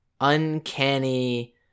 uncanny